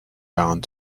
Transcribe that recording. bound